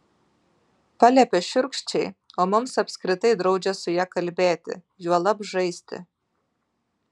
paliepia šiurkščiai o mums apskritai draudžia su ja kalbėti juolab žaisti